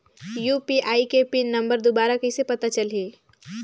UPI के PIN number दुबारा कइसे पता चलही?